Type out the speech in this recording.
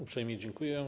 Uprzejmie dziękuję.